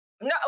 No